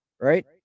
right